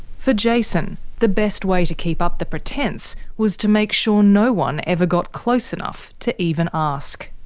for jason, the best way to keep up the pretence was to make sure no one ever got close enough to even ask.